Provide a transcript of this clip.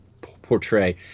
portray